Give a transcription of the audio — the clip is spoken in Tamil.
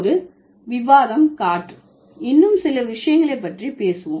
இப்போது விவாதம் காற்று இன்னும் சில விஷயங்களை பற்றி பேச